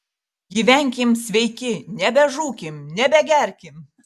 gyvenkim sveiki nebežūkim nebegerkim